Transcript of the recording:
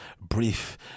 brief